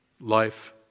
Life